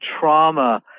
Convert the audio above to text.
trauma